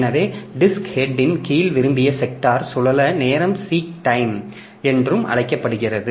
எனவே disk head இன் கீழ் விரும்பிய செக்டார் சுழல நேரம் சீக் டைம் என்றும் அழைக்கப்படுகிறது